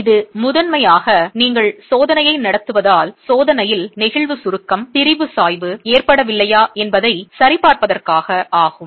இது முதன்மையாக நீங்கள் சோதனையை நடத்துவதால் சோதனையில் நெகிழ்வு சுருக்கம் திரிபு சாய்வு ஏற்படவில்லையா என்பதைச் சரிபார்ப்பதற்காக ஆகும்